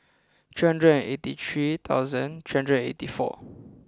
three hundred and eighty three thousand three hundred and eighty four